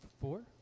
four